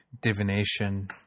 divination